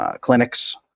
clinics